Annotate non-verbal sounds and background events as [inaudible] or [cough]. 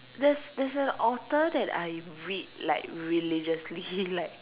there's there's an author that I read like religiously [laughs] like